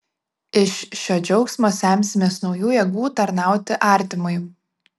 iš šio džiaugsmo semsimės naujų jėgų tarnauti artimui